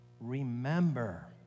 Remember